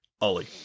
Ollie